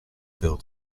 build